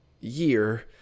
year